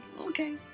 okay